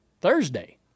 Thursday